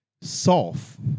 solve